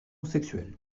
sexuelle